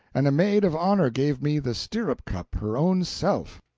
and a maid of honor gave me the stirrup-cup her own self.